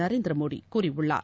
நரேந்திர மோடி கூறியுள்ளார்